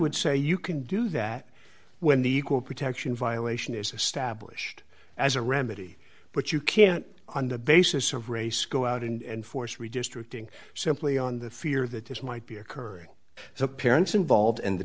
would say you can do that when the equal protection violation is established as a remedy but you can't on the basis of race go out and force redistricting simply on the fear that this might be occurring so parents involved in the